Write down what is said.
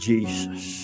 Jesus